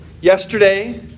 yesterday